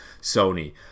sony